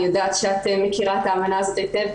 אני יודעת שאת מכירה את האמנה הזאת היטב,